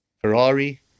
Ferrari